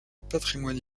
patrimoine